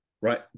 right